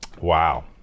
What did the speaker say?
Wow